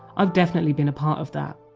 i've definitely been a part of that.